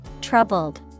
Troubled